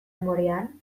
umorean